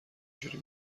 جوری